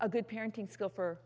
a good parenting school for